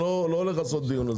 אני לא הולך לעשות על זה דיון,